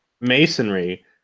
masonry